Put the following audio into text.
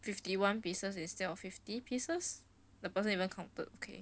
fifty one pieces instead of fifty pieces the person even counted okay